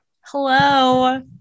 Hello